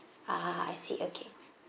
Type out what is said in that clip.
ah I see okay